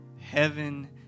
heaven